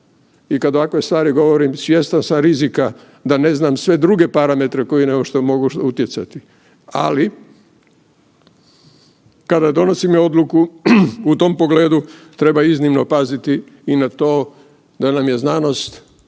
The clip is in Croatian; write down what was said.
i kada ovakve stvari govorim svjestan sam rizika da ne znam sve druge parametre koji nešto mogu utjecati, ali kada donosimo odluku u tom pogledu treba iznimno paziti i na to da nam je znanost